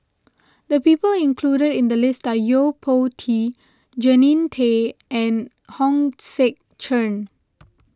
the people included in the list are Yo Po Tee Jannie Tay and Hong Sek Chern